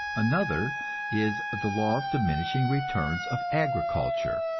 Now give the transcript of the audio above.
another is the law of diminishing returns of agriculture,